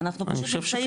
אנחנו פשוט נמצאים.